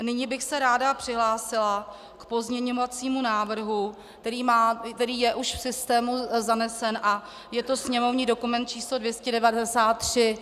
Nyní bych se ráda přihlásila k pozměňovacímu návrhu, který je už v systému zanesen, je to sněmovní dokument č. 293.